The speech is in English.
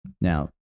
Now